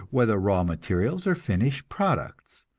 whether raw materials or finished products.